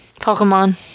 Pokemon